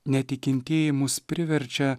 netikintieji mus priverčia